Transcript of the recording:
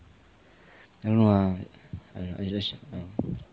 I don't know lah I I just